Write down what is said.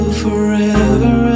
forever